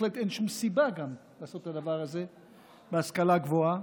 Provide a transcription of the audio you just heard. ובהחלט גם אין שום סיבה לעשות את הדבר הזה בהשכלה גבוהה.